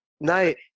Night